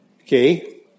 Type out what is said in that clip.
Okay